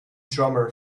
drummer